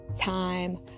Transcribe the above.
time